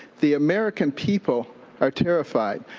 the american people are terrified.